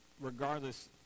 Regardless